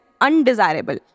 undesirable